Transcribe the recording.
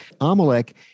Amalek